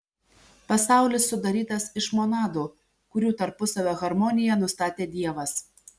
pasaulis sudarytas iš monadų kurių tarpusavio harmoniją nustatė dievas